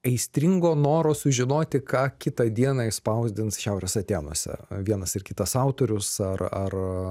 aistringo noro sužinoti ką kitą dieną išspausdins šiaurės atėnuose vienas ir kitas autorius ar ar